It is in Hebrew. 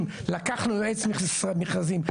במכרזים לקחנו יועץ מכרזים.